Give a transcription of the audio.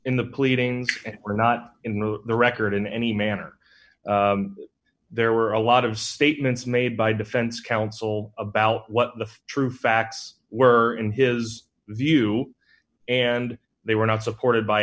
in the pleadings and were not in the record in any manner there were a lot of statements made by defense counsel about what the true facts were in his view and they were not supported by